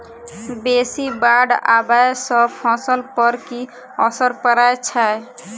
बेसी बाढ़ आबै सँ फसल पर की असर परै छै?